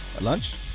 Lunch